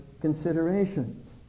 considerations